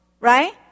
right